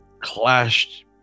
clashed